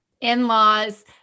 in-laws